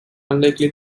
unlikely